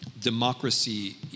democracy